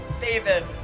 David